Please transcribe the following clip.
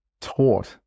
taught